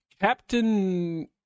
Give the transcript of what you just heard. Captain